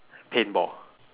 paintball